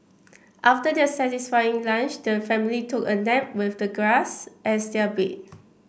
after their satisfying lunch the family took a nap with the grass as their bed